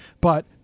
but-